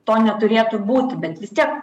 to neturėtų būti bet vis tiek